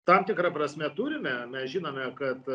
tam tikra prasme turime mes žinome kad